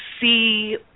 see